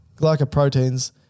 glycoproteins